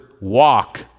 walk